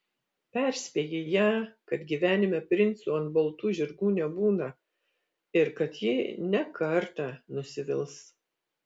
perspėji ją kad gyvenime princų ant baltų žirgų nebūna ir kad ji ne kartą nusivils